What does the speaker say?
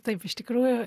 taip iš tikrųjų